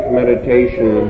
meditation